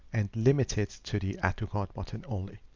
and limited to the add to cart button only.